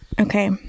Okay